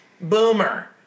Boomer